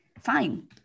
fine